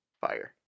Fire